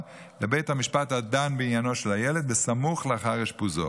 לבית המשפט הדן בעניינו של הילד סמוך לאחר אשפוזו.